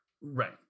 Right